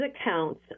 accounts